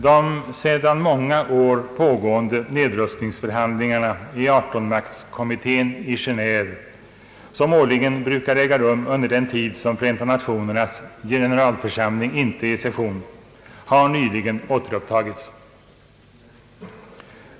De sedan många år pågående nedrustningsförhandlingarna i artonmaktskommittén i Genéve, som årligen har brukat äga rum under den tid som Förenta nationernas generalförsamling inte har session, har nyligen återupptagits.